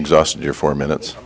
exhausted your four minutes